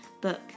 book